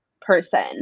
person